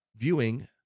viewing